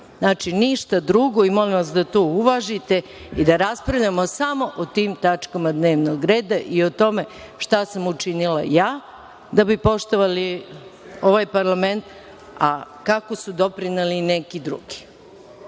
Znači, ništa drugo i molim vas da to uvažite i da raspravljamo samo o tim tačkama dnevnog reda i o tome šta sam učinila ja da bi poštovali ovaj parlament, a kako su doprineli neki drugi. Znači,